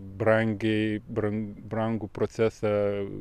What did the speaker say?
brangiai bran brangų procesą